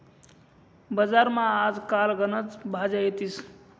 बजारमा आज काल गनच भाज्या येतीस